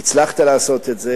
הצלחת לעשות את זה,